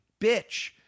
bitch